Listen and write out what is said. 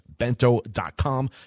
Bento.com